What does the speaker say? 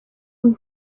این